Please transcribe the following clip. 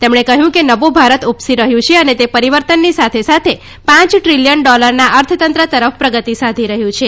તેમણે કહ્યું કે નવું ભારત ઉપસી રહ્યું છે અને તે પરિવર્તનની સાથે સાથે પ ટ્રીલીયન ડોલરના અર્થતંત્ર તરફ પ્રગતિ સાધી રહ્યું છે